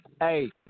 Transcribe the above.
Hey